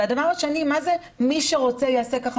ודבר שני, מה זה "מי שרוצה יעשה כך"?